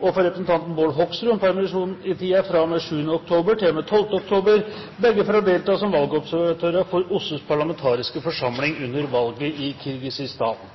og for representanten Bård Hoksrud om permisjon i tiden fra og med 7. oktober til og med 12. oktober, begge for å delta som valgobservatører for OSSEs parlamentariske forsamling under valget i Kirgisistan